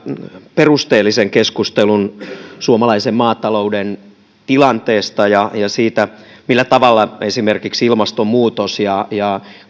perusteellisen keskustelun suomalaisen maatalouden tilanteesta ja siitä millä tavalla esimerkiksi ilmastonmuutos ja ja